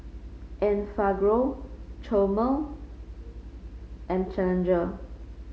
Enfagrow Chomel and Challenger